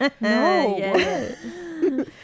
No